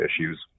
issues